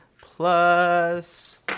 plus